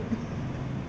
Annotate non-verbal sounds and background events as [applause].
[laughs]